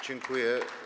Dziękuję.